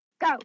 go